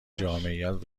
جامعیت